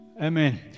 Amen